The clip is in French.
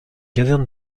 caserne